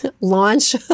launch